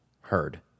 heard